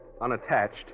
unattached